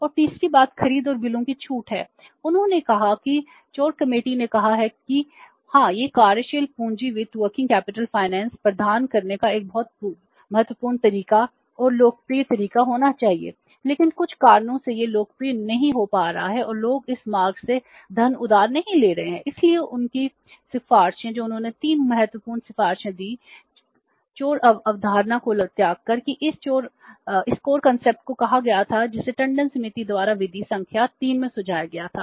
और तीसरी बात खरीद और बिलों की छूट है उन्होंने कहा कि कोर कमेटी ने कहा कि हाँ यह कार्यशील पूंजी वित्त को कहा गया था जिसे टंडन समिति द्वारा विधि संख्या 3 में सुझाया गया था